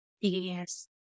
Yes